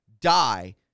die